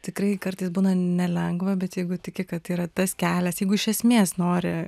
tikrai kartais būna nelengva bet jeigu tiki kad yra tas kelias jeigu iš esmės nori